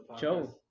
Joe